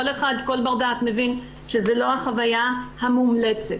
למה הכאב שלנו, הנשים, הוא כל כך מובן מאליו?